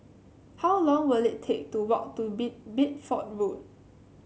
how long will it take to walk to Bid Bideford Road